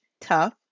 tough